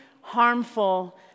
harmful